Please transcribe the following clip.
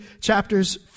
chapters